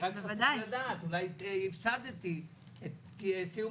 רק רציתי לדעת אולי הפסדתי את סיום